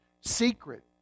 Secret